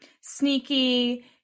sneaky